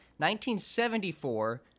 1974